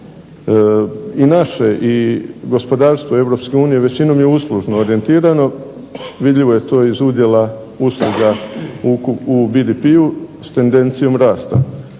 I naše i gospodarstvo Europske unije većinom je uslužno orijentirano, vidljivo je to iz udjela usluga u BDP-u, s tendencijom rasta,